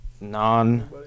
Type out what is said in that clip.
Non